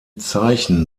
zeichen